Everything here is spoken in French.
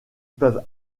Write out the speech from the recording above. peuvent